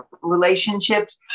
relationships